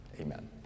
Amen